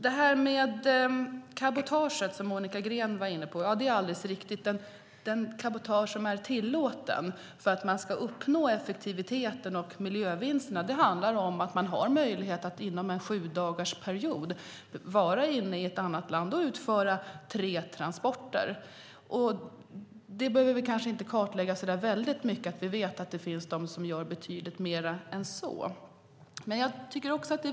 Det är riktigt att det cabotage som är tillåtet, som Monica Green var inne på, för att uppnå effektivitet och miljövinster handlar om att man har möjlighet att inom en sjudagarsperiod vara i ett annat land och utföra tre transporter. Vi behöver kanske inte kartlägga det så mycket, men vi vet att det finns de som gör betydligt mer än så.